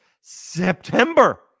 September